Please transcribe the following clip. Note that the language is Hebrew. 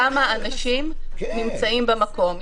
כמה אנשים נמצאים במקום,